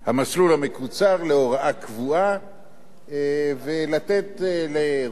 להוראה קבועה ולתת לראש ההוצאה לפועל,